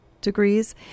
degrees